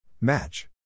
Match